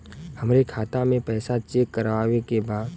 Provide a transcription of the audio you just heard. हमरे खाता मे पैसा चेक करवावे के बा?